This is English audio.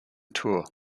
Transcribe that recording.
tour